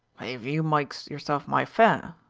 if you mykes yerself my fare,